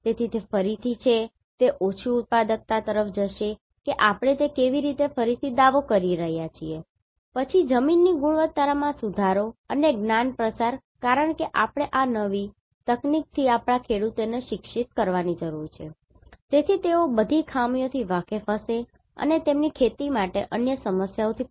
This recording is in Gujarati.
તેથી તે ફરીથી છે તે ઓછી ઉત્પાદકતા તરફ જશે કે આપણે તે કેવી રીતે ફરીથી દાવો કરી રહ્યા છીએ બરાબર પછી જમીનની ગુણવત્તામાં સુધારો અને જ્ઞાન પ્રસાર કારણ કે આપણે આ નવી તકનીકથી આપણા ખેડૂતોને શિક્ષિત કરવાની જરૂર છે જેથી તેઓ બધી ખામીઓથી વાકેફ હશે અને તેમની ખેતી માટે અન્ય સમસ્યાઓથી પણ